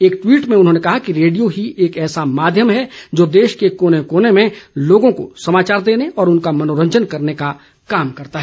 एक टवीट में उन्होंने कहा कि रेडियो ही एक ऐसा माध्यम है जो देश के कोने कोने मेँ लोगों को समाचार देने और उनका मनोरंजन करने का काम करता है